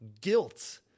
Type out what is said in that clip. guilt